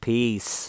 Peace